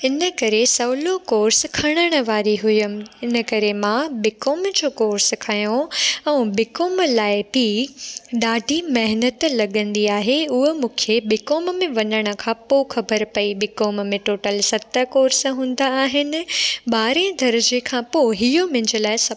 हिन करे सहुलो कोर्स खरणु वारी हुयमि हिन करे मां बी कॉम जो कोर्स खणियो ऐं बी कॉम लाइ बि ॾाढी महिनतु लॻंदी आहे उहा मूंखे बी कॉम में वञण खां पोइ ख़बरु पई बी कॉम में टोटल सतरि कोर्स हूंदा आहिनि ॿारहें दर्जे खां पोइ इहो मुंहिंजो लाइ